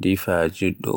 ɗiaper juɗɗo.